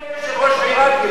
ממתי אדוני היושב-ראש עירקי?